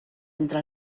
entre